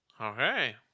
Okay